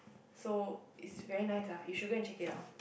so it's very nice lah you should go and check it out